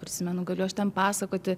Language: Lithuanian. prisimenu galiu aš ten pasakoti